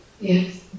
Yes